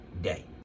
day